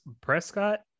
Prescott